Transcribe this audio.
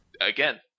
Again